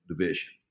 division